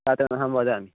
पातः अहं वदामि